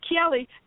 Kelly